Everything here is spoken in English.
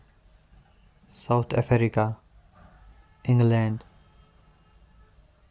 South Africa England